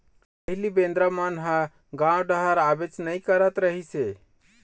पहिली बेंदरा मन ह गाँव डहर आबेच नइ करत रहिस हे